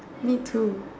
me too